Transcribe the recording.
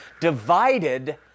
divided